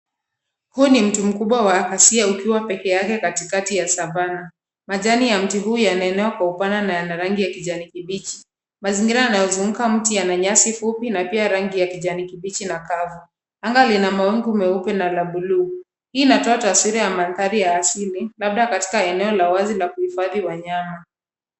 Huu ni mti mkubwa wa asiya ukiwa peke yake katikati ya (cs) savannah(cs) . Majani ya mti huu yamemea kwa upana na yana rangi ya kijani kibichi. Mazingira yanayozunguka mti yana nyasi fupi na pia yana rangi ya kijani kibichi na kavu . Anga lina mawingu meupe na la buluu , hii inatoa taswira ya mandhari ya asili labda katika eneo la wazi la kuhifadhi wanyama.